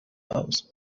house